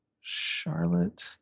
Charlotte